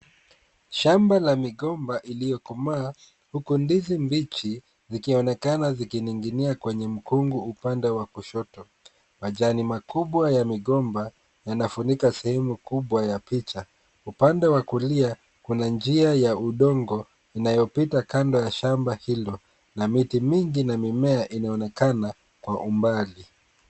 Shamba la Migomba iliyokomaa, huko ndizi mbichi zikionekana zikining'inia kwenye mkungu upande wa kushoto. Majani makubwa ya migomba yanafunika sehemu kubwa ya picha. Upande wa kulia, kuna njia ya udongo inayopita kando ya shamba hilo, na miti mingi na mimea inaonekana kwa umbali.